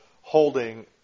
holding